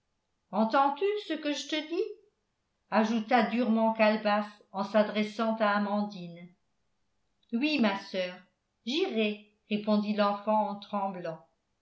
entends-tu ce que je te dis ajouta durement calebasse en s'adressant à amandine oui ma soeur j'irai répondit l'enfant en tremblant